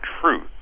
truth